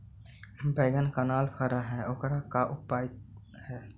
बैगन कनाइल फर है ओकर का उपाय है?